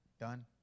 Done